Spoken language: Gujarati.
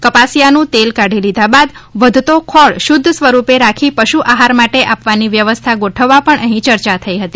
કપાસિયાનું તેલ કાઢી લીધા બાદ વધતો ખોળ શુધ્ધ સ્વરૂપે રાખી પશુઆહાર માટે આપવાની વ્યવસ્થા ગોઠવવા પણ અહીં ચર્ચા થઇ હતી